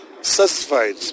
satisfied